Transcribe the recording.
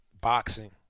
boxing